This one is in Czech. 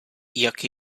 jak